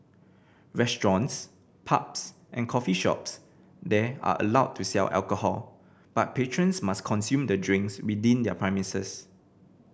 restaurants pubs and coffee shops there are allowed to sell alcohol but patrons must consume the drinks within their premises